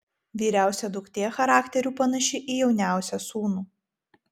vyriausia duktė charakteriu panaši į jauniausią sūnų